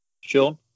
Sean